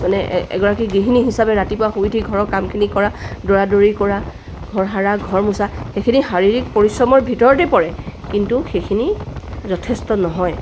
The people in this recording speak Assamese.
মানে এগৰাকী গৃহিণী হিচাপে ৰাতিপুৱা শুই উঠি ঘৰৰ কামখিনি কৰা দৌৰাদৌৰি কৰা ঘৰ সৰা ঘৰ মোচা সেইখিনি শাৰীৰিক পৰিশ্ৰমৰ ভিতৰতেই পৰে কিন্তু সেইখিনি যথেষ্ট নহয়